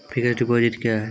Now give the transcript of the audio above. Fixed deposit क्या हैं?